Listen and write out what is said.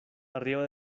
arriba